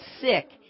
sick